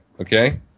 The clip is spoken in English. okay